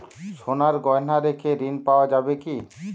সোনার গহনা রেখে ঋণ পাওয়া যাবে কি?